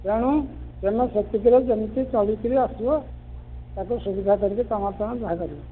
ତେଣୁ ତୁମେ ସେତିକିରେ ଯେମିତି ଚଳିକରି ଆସିବ ତାକୁ ସୁବିଧା କରିକି ତୁମେ ତୁମର ଯାହା କରିବ